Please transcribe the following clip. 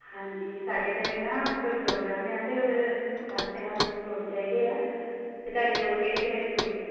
ਹਾਂਜੀ ਸਾਡੇ ਘਰ ਨਾ ਕੋਈ ਪ੍ਰੋਗਰਾਮ ਹੈ ਆ ਅਤੇ ਉਹਦੇ ਵਾਸਤੇ ਸਾਨੂੰ ਫਰੂਟ ਚਾਹੀਦੇ ਆ ਅਤੇ ਤੁਹਾਡੇ ਕੋਲ ਕਿਹੜੇ ਕਿਹੜੇ ਫਰੂਟ ਨੇ